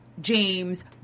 James